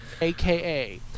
AKA